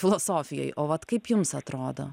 filosofijoj o vat kaip jums atrodo